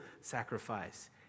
sacrifice